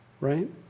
Right